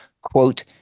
quote